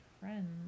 friends